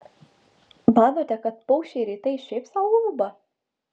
manote kad paukščiai rytais šiaip sau ulba